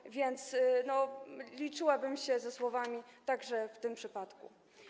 Tak więc liczyłabym się ze słowami także w tym przypadku.